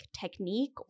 technique